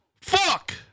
Fuck